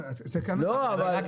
נכון.